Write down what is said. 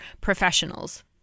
professionals